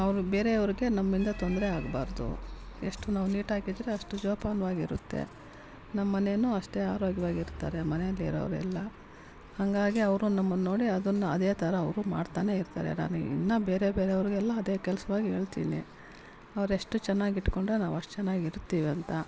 ಅವ್ರು ಬೇರೆಯವ್ರಿಗೆ ನಮ್ಮಿಂದ ತೊಂದರೆ ಆಗಬಾರ್ದು ಎಷ್ಟು ನಾವು ನೀಟಾಗಿದ್ರೆ ಅಷ್ಟು ಜೋಪಾನ್ವಾಗಿರುತ್ತೆ ನಮ್ಮನೆನು ಅಷ್ಟೇ ಆರೋಗ್ಯವಾಗಿರ್ತಾರೆ ಮನೇಲಿರೋರೆಲ್ಲ ಹಂಗಾಗಿ ಅವ್ರು ನಮ್ಮನ್ನ ನೋಡಿ ಅದನ್ನ ಅದೇ ಥರ ಅವ್ರು ಮಾಡ್ತಾನೆ ಇರ್ತಾರೆ ನಾನು ಇನ್ನು ಬೇರೆ ಬೇರೆ ಅವರಿಗೆಲ್ಲ ಅದೇ ಕೆಲಸವಾಗಿ ಹೇಳ್ತೀನಿ ಅವ್ರು ಎಷ್ಟು ಚೆನ್ನಾಗಿಟ್ಕೊಂಡ್ರೆ ನಾವಷ್ಟು ಚೆನ್ನಾಗಿರ್ತೀವಿ ಅಂತ